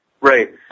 right